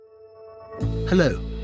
Hello